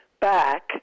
back